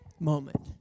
moment